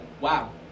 wow